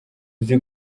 uzi